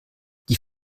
die